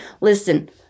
listen